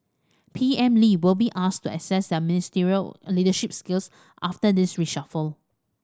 P M Lee will be to assess their ministerial leadership skills after this reshuffle